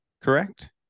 correct